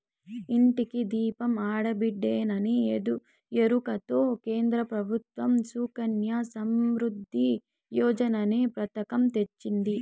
ఇంటికి దీపం ఆడబిడ్డేననే ఎరుకతో కేంద్ర ప్రభుత్వం సుకన్య సమృద్ధి యోజననే పతకం తెచ్చింది